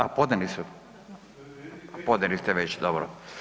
A podnijeli su ... [[Upadica se ne čuje.]] podnijeli ste već, dobro.